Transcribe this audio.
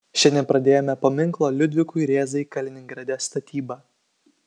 šiandien pradėjome paminklo liudvikui rėzai kaliningrade statybą